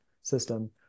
system